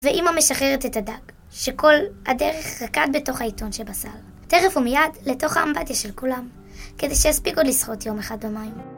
ואימא משחררת את הדג, שכל הדרך רקד בתוך העיתון שבסל תכף ומיד לתוך האמבטיה של כולם, כדי שיספיקו לשחות יום אחד במים.